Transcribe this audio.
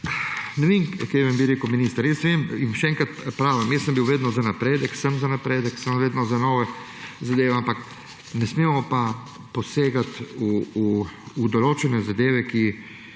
Ne vem, kaj vam bi rekel, minister. Jaz vem in še enkrat pravim, jaz sem bil vedno za napredek, sem za napredek, sem vedno za nove zadeve, ampak ne smemo pa posegati v določene zadeve, ki